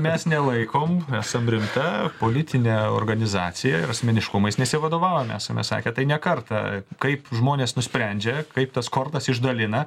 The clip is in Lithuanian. mes nelaikom esam rimta politinė organizacija ir asmeniškumais nesivadovaujame esame sakę tai ne kartą kaip žmonės nusprendžia kaip tas kortas išdalina